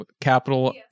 capital